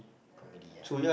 comedy ya